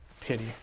Pity